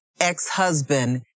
ex-husband